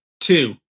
two